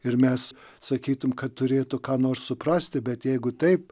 ir mes sakytum kad turėtų ką nors suprasti bet jeigu taip